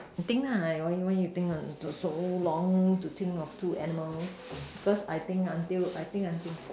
you think lah why why you think until so long to think of two animals cause I think until I think until